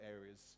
areas